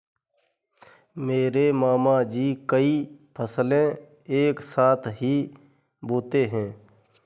मेरे मामा जी कई फसलें एक साथ ही बोते है